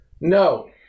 No